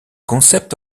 concept